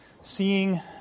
seeing